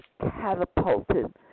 catapulted